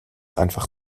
einfach